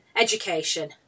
education